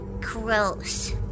Gross